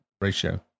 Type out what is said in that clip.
ratio